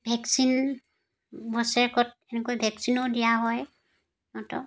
vaccine বছৰেকত এনেকৈ ভেকচিনো দিয়া হয় সিহঁতক